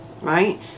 right